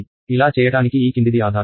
ఇలా చేయటానికి ఈ కిందిది ఆధారం